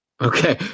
Okay